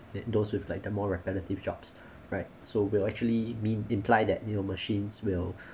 that those with like the more repetitive jobs right so we'll actually mean imply that you know machines will